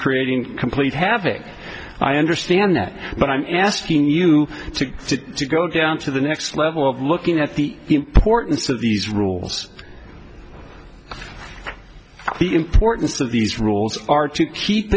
creating complete havoc i understand that but i'm asking you to go down to the next level of looking at the importance of these rules the importance of these rules are to